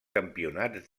campionats